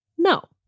No